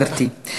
תודה, גברתי.